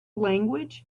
language